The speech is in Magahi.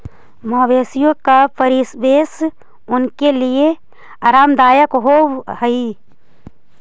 मवेशियों का परिवेश उनके लिए आरामदायक होवे चाही